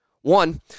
One